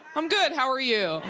i'm good, how are you